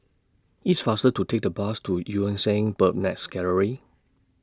It's faster to Take The Bus to EU Yan Sang Bird's Nest Gallery